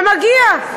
ומגיע,